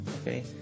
okay